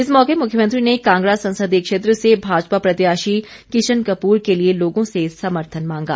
इस मौके मुख्यमंत्री ने कांगड़ा संसदीय क्षेत्र से भाजपा प्रत्याशी किशन कपूर के लिए लोगों से समर्थन मांगा